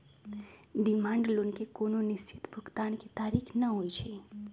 demand loan के कोनो निश्चित भुगतान के तारिख न होइ छइ